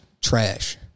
trash